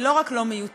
היא לא רק לא מיותרת,